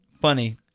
funny